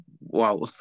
wow